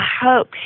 hope